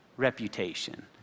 reputation